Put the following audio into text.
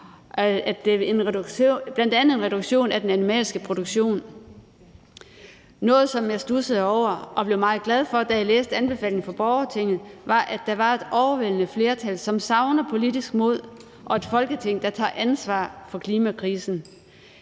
bl.a. en reduktion af den animalske produktion. Noget, som jeg studsede over og blev meget glad for, da jeg læste anbefalingerne fra borgertinget, var, at der var et overvældende flertal, som savner politisk mod og et Folketing, der tager ansvar for klimakrisen.